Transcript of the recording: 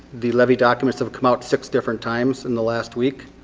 the levy documents have come out six different times in the last week.